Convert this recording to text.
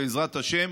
בעזרת השם,